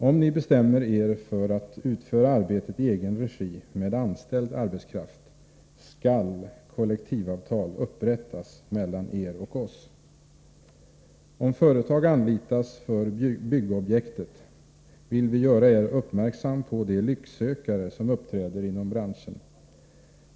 Om Ni bestämmer Er för att utföra arbetet i egen regi, med anställd arbetskraft, skall kollektivavtal upprättas mellan Er och oss. Om företag anlitas för byggobjektet, vill vi göra Er uppmärksam på de lycksökare som uppträder inom branschen.